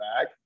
back